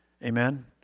Amen